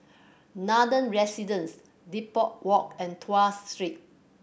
Nathan Residences Depot Walk and Tuas Street